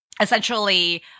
Essentially –